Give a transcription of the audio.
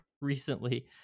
recently